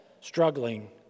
struggling